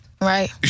Right